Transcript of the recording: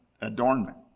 adornment